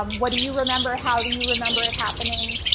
um what do you remember, how do you remember it happening,